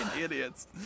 Idiots